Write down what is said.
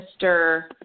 Mr